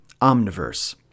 Omniverse